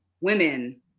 women